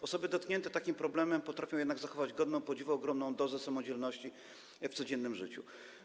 Osoby dotknięte takim problemem potrafią jednak zachować godną podziwu ogromną dozę samodzielności w codziennym życiu.